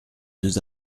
deux